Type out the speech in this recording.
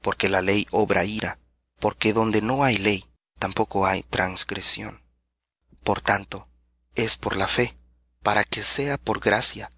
porque la ley obra ira porque donde no hay ley tampoco hay transgresión por tanto por la fe para que por gracia